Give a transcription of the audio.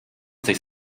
sich